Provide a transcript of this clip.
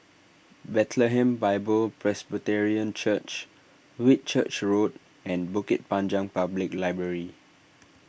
Bethlehem Bible Presbyterian Church Whitchurch Road and Bukit Panjang Public Library